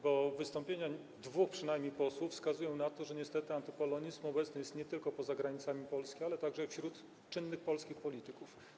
Bo wystąpienia przynajmniej dwóch posłów wskazują na to, że niestety antypolonizm obecny jest nie tylko poza granicami Polski, ale także wśród czynnych polskich polityków.